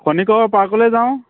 খনিকৰ পাৰ্কলৈ যাওঁ